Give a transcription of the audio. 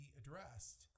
addressed